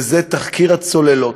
וזה תחקיר הצוללות.